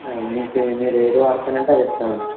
మీకు మీరు ఏది వాడతాను అంటే అది ఇస్తాం అండి